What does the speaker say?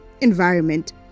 environment